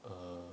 err